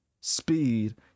speed